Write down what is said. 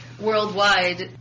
worldwide